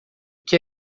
que